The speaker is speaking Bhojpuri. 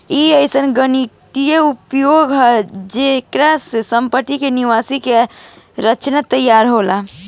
ई अइसन गणितीय उपाय हा जे से सम्पति के निवेश के रचना तैयार होखेला